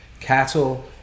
Cattle